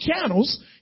channels